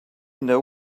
know